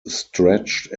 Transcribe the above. stretched